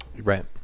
right